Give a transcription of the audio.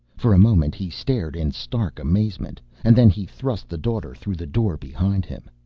for a moment he stared in stark amazement, and then he thrust the daughter through the door behind him.